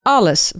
Alles